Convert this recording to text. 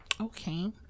Okay